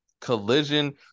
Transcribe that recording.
Collision